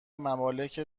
ممالک